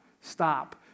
Stop